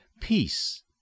peace